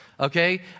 okay